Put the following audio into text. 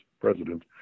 president